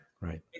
Right